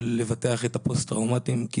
צריך לבטח את הפוסט טראומטיים.